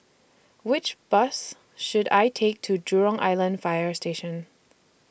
Which Bus should I Take to Jurong Island Fire Station